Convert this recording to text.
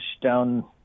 down